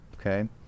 okay